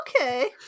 Okay